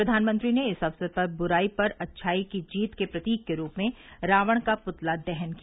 प्रधानमंत्री ने इस अवसर पर ब्राई पर अच्छाई की जीत के प्रतीक के रूप में रावण का प्तला दहन किया